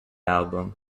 album